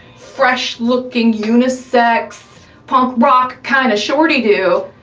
fresh looking unisex punk rock kind of shorty do.